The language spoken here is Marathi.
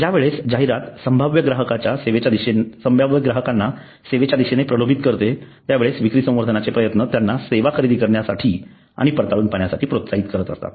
ज्यावेळेस जाहिरात संभाव्य ग्राहकांना सेवेच्या दिशेने प्रलोभित करते त्यावेळेस विक्री संवर्धनाचे प्रयत्न त्यांना सेवा खरेदी करण्यासाठी आणि पडताळून पाहण्यासाठी प्रोत्साहित करत असतात